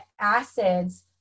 acids